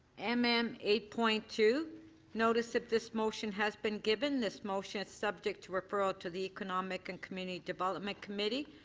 m m eight point one two notice of this motion has been given. this motion is subject to referral to the economic and community development committee,